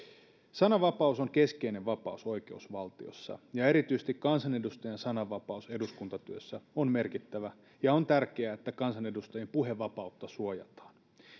sananvapaus on keskeinen vapaus oikeusvaltiossa ja erityisesti kansanedustajan sananvapaus eduskuntatyössä on merkittävä ja on tärkeää että kansanedustajien puhevapautta suojataan